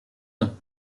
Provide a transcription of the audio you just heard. non